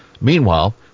Meanwhile